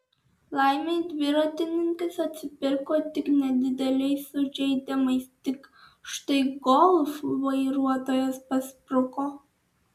laimei dviratininkas atsipirko tik nedideliais sužeidimais tik štai golf vairuotojas paspruko